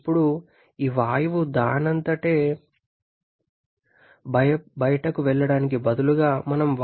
ఇప్పుడు ఈ వాయువు దానంతటదే బయటకు వెళ్లడానికి బదులుగా మనం వాయువు నుండి శక్తిని ఉపయోగిస్తున్నాము